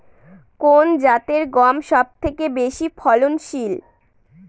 কোন জাতের গম সবথেকে বেশি ফলনশীল?